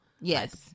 Yes